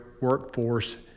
workforce